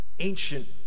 ancient